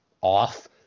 off